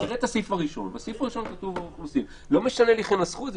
לא משנה איך ינסחו את זה,